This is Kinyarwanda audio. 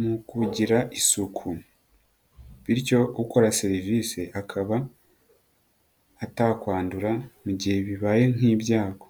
mu kugira isuku bityo ukora serivisi akaba atakwandura mu gihe bibaye nk'ibyago.